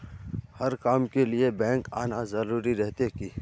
हर काम के लिए बैंक आना जरूरी रहते की?